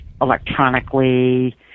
electronically